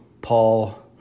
Paul